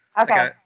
okay